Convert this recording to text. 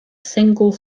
single